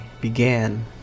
began